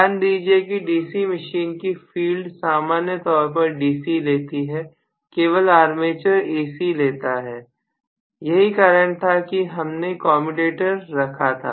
ध्यान दीजिए कि DC मशीन की फील्ड सामान्य तौर पर DC लेती है केवल आर्मेचर AC लेता है यही कारण था कि हमने कमयुटेटर रखा था